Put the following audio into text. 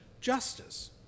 justice